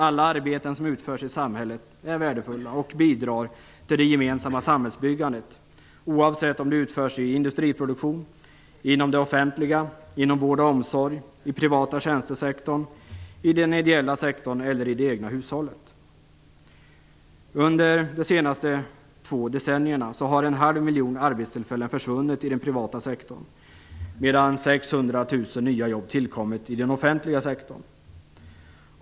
Alla arbeten som utförs i samhället är värdefulla och bidrar till det gemensamma samhällsbyggandet, oavsett om de utförs i industriproduktion, inom det offentliga, inom vård och omsorg, i privata tjänstesektorn, i den ideella sektorn eller i det egna hushållet. Under de senaste två decennierna har en halv miljon arbetstillfällen försvunnit i den privata sektorn medan 600 000 nya jobb tillkommit i den offentliga sektorn.